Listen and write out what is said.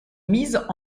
mises